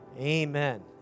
Amen